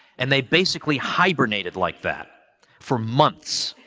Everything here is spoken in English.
and they basically hibernated like that for months,